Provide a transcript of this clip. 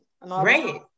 Right